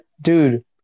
dude